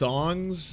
Songs